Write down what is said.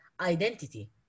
identity